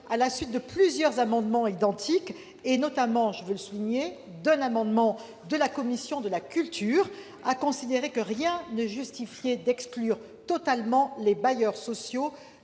à la suite de plusieurs amendements identiques, et notamment- je tiens à le souligner -d'un amendement de la commission de la culture, a considéré que rien ne justifiait d'exclure totalement les bailleurs sociaux